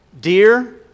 dear